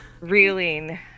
reeling